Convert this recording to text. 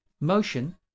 motion